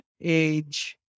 age